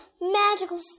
magical